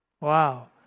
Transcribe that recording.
Wow